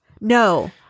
No